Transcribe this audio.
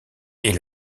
est